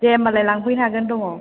दे होम्बालाय लांफैनो हागोन दङ